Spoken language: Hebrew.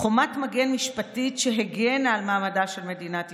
"חומת מגן משפטית שהגנה על מעמדה של מדינת ישראל".